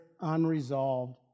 unresolved